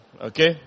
Okay